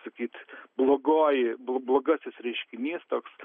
sakyt blogoji blo blogasis reiškinys toks